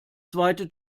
zweite